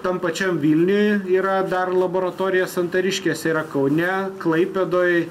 tam pačiam vilniuj yra dar laboratorija santariškėse yra kaune klaipėdoj